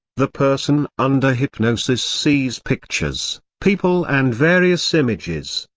the person under hypnosis sees pictures, people and various images,